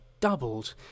doubled